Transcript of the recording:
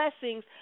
blessings